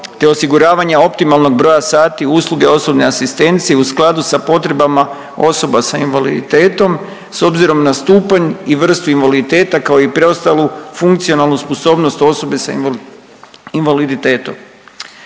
te osiguravanja optimalnog broja sati usluge osobne asistencije u skladu sa potrebama osoba s invaliditetom s obzirom na stupanj i vrstu invaliditeta, kao i preostalu funkcionalnu sposobnost osobe sa invaliditetom.